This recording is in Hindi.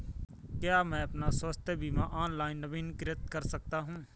क्या मैं अपना स्वास्थ्य बीमा ऑनलाइन नवीनीकृत कर सकता हूँ?